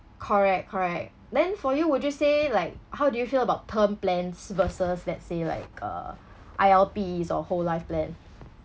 correct correct then for you would you say like how do you feel about term plans versus let's say like uh I_L_Ps or whole life plan